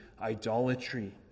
idolatry